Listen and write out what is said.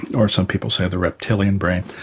or some people say the reptilian brain.